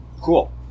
cool